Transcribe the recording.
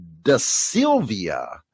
DeSilvia